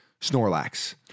Snorlax